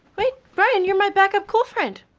wait. brian, you're my backup cool friend.